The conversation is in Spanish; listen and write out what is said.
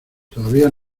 todavía